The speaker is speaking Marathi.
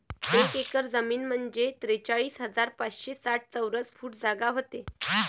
एक एकर जमीन म्हंजे त्रेचाळीस हजार पाचशे साठ चौरस फूट जागा व्हते